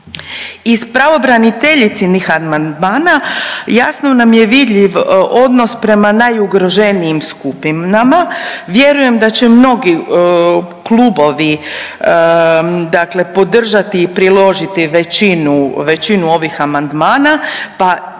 Iz pravobraniteljicinih amandmana jasno nam je vidljiv odnos prema najugroženijim skupinama. Vjerujem da će mnogi klubovi, dakle podržati i priložiti većinu ovih amandmana pa imajte